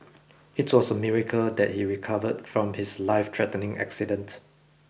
it was a miracle that he recovered from his life threatening accident